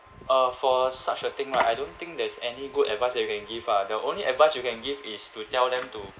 uh for such a thing right I don't think there's any good advice that you can give ah the only advice you can give is to tell them to